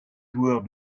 joueur